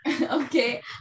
Okay